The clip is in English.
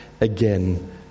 again